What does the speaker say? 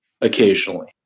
occasionally